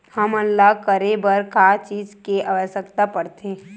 हमन ला करे बर का चीज के आवश्कता परथे?